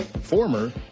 former